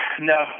No